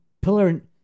Pillar